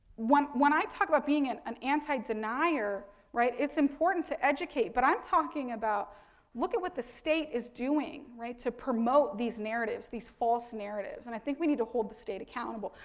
when when i talk about being and an anti-denier, right, it's important to educate. but, i'm talking about look at what the state is doing, right, to promote these narratives, these false narratives. and, i think we need to hold the state accountable.